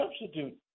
substitute